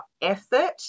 effort